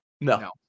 no